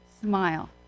smile